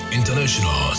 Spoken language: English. international